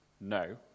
no